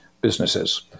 businesses